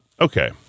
okay